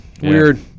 Weird